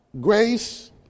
grace